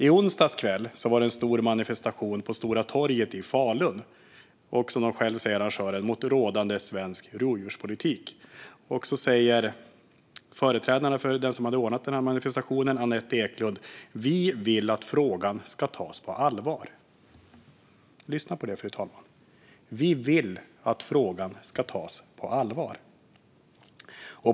I onsdags kväll var det en stor manifestation på Stora torget i Falun mot rådande svensk rovdjurspolitik, som arrangören själv säger. Företrädaren för dem som hade ordnat manifestationen, Anette Eklund, säger: Vi vill att frågan ska tas på allvar. Lyssna på det, fru talman: Vi vill att frågan ska tas på allvar.